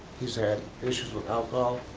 he's had issues with alcohol,